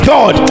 God